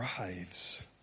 arrives